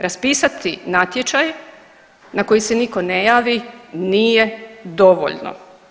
Raspisati natječaj na koji se nitko ne javi nije dovoljno.